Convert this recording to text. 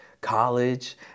college